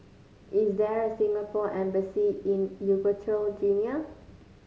is there a Singapore Embassy in Equatorial Guinea